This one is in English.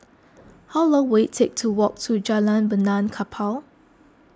how long will it take to walk to Jalan Benaan Kapal